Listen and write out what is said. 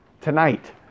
tonight